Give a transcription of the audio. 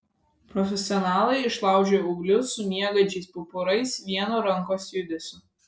profesionalai išlaužia ūglius su miegančiais pumpurais vienu rankos judesiu